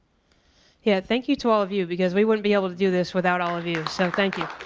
yeah thank you to all of you because we wouldn't be able to do this without all of you. so thank you.